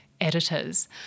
editors